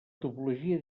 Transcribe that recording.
topologia